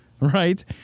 Right